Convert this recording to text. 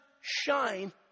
shine